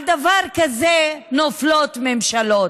על דבר כזה נופלות ממשלות,